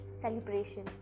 celebration